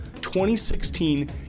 2016